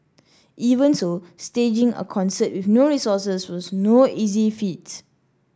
even so staging a concert with no resources was no easy feat